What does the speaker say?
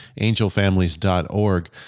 angelfamilies.org